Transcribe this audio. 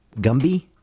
Gumby